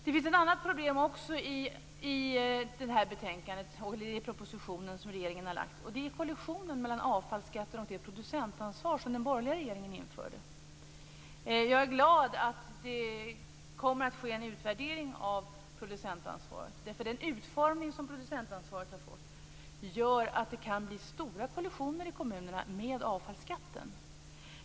Det finns också ett annat problem i den proposition som regeringen har lagt fram, och det är kollisionen mellan avfallsskatten och det producentansvar som den borgerliga regeringen införde. Jag är glad att det kommer att ske en utvärdering av producentansvaret, för den utformning som detta har fått gör att det kan bli stora kollisioner med avfallsskatten i kommunerna.